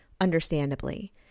understandably